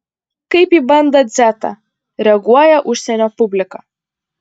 kaip į bandą dzetą reaguoja užsienio publika